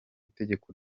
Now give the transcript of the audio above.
itegeko